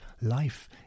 Life